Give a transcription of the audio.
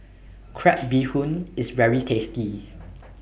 Crab Bee Hoon IS very tasty